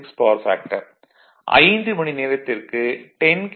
6 power factor 5 மணிநேரத்திற்கு 10 kilowatt 0